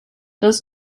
does